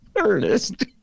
Ernest